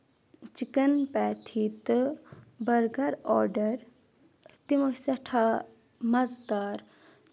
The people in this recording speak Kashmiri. چِکَن پیتھی تہٕ بَرگر آرڈَر تِم ٲسۍ سٮ۪ٹھاہ مَزٕدار